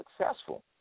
successful